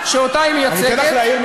אני אתן לך להתייחס,